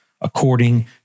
according